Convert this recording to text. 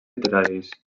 literaris